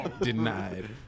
Denied